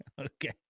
Okay